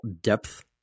depth